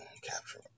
capture